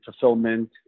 fulfillment